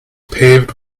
paved